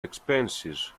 expenses